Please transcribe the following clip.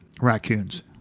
raccoons